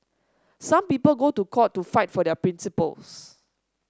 some people go to court to fight for their principles